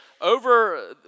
over